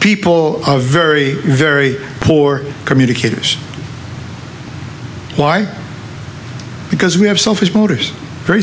people a very very poor communicators why because we have selfish motives very